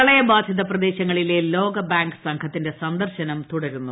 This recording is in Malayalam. പ്രളയബാധിത പ്രദേശങ്ങളിലെ ലോകബാങ്ക് ന് സംഘത്തിന്റെ സ്ന്ദർശനം തുടരുന്നു